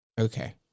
Okay